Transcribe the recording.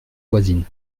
voisine